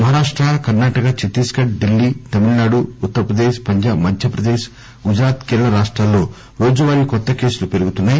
Maharashtra Karnataka Chhattisgarh Delhi Tamil Nadu Uttar Pradesh Punjab Madhya Pradesh Gujarat Kerala రాష్టాల్లో రోజువారీ కొత్త కేసులు పెరుగుతున్నాయి